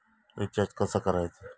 Recharge कसा करायचा?